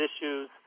issues